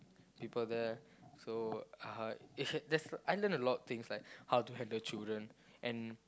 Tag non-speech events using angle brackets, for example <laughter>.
people there so uh <noise> there's I learn a lot of things like how to handle children